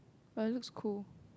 but it looks cool